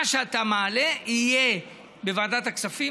מה שאתה מעלה יהיה בוועדת הכספים.